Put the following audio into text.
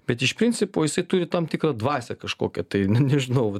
bet iš principo jisai turi tam tikrą dvasią kažkokią tai na nežinau vat